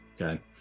okay